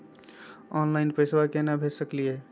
Online पैसवा केना भेज सकली हे?